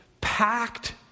packed